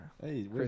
Hey